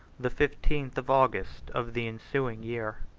the fifteenth of august, of the ensuing year.